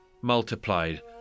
multiplied